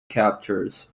captors